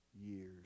years